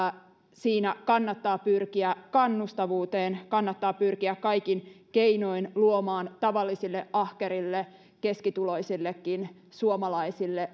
siinä kannattaa pyrkiä kannustavuuteen kannattaa pyrkiä kaikin keinoin luomaan tavallisille ahkerille keskituloisillekin suomalaisille